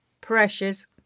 precious